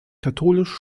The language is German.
katholisch